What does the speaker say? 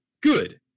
good